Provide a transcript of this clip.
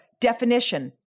definition